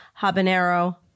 habanero